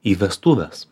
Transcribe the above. į vestuves